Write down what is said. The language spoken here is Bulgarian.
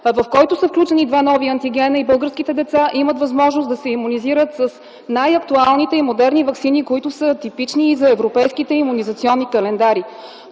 в който са включени два нови антигена и българските деца имат възможност да се имунизират с най-актуалните и модерни ваксини, които са типични и за европейските имунизационни календари.